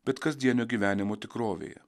bet kasdienio gyvenimo tikrovėje